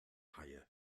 haie